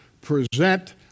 present